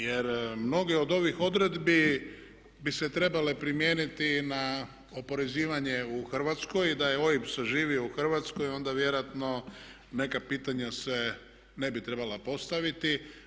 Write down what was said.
Jer mnoge od ovih odredbi bi se trebale primijeniti na oporezivanje u Hrvatskoj i da je OIB saživio u Hrvatskoj onda vjerojatno neka pitanja se ne bi trebala postaviti.